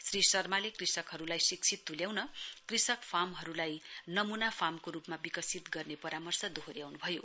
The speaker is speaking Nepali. श्री शर्माले कृषकहरुलाई शिक्षित तुल्याउन कृषक फार्महरुलाई नमूना फार्मको रुपमा विकसित गर्ने परामर्श दोह्वोर्याउनु भयो